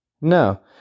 No